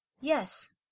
Yes